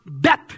death